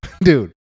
Dude